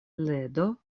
ledo